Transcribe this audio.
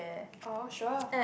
oh sure